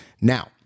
Now